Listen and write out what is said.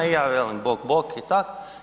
I ja velim bok, bok i tak.